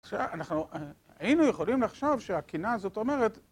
אנחנו היינו יכולים לחשב שהקינה הזאת אומרת